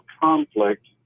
conflict